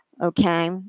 Okay